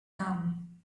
come